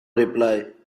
reply